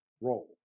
role